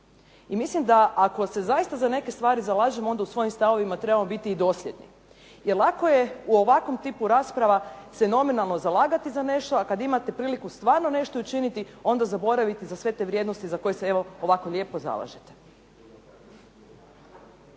I mislim da, ako se zaista za neke stvari zalažemo onda u svojim stavovima trebamo biti i dosljedni. Jer lako je u ovakvom tipu rasprava se nominalno zalagati za nešto, a kad imate priliku stvarno nešto i učiniti onda zaboravite za sve te vrijednosti za koje se evo ovako lijepo zalažete.